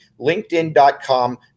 linkedin.com